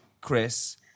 Chris